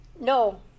No